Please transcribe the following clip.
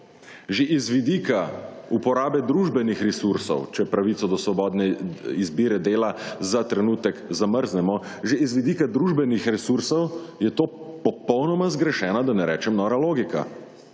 Že iz vidika uporabe družbenih resursov, če pravico do svobodne izbire dela za trenutek zamrznemo, že iz vidika družbenih resursov je to popolnoma zgrešena, da ne rečem, nora logika.